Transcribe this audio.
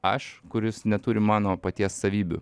aš kuris neturi mano paties savybių